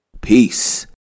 Peace